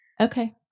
Okay